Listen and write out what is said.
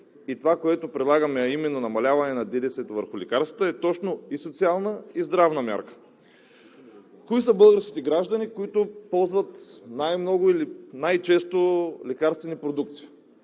И това, което предлагаме, а именно намаляване на ДДС-то върху лекарствата, е точно и социална, и здравна мярка. Кои са българските граждани, които ползват най-много или най-често лекарствени продукти?